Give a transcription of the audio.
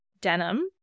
denim